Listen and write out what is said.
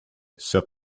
said